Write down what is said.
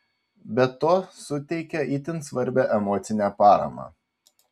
be to suteikia itin svarbią emocinę paramą